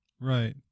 Right